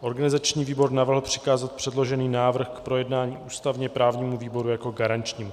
Organizační výbor navrhl přikázat předložený návrh k projednání ústavněprávnímu výboru jako garančnímu.